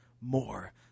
more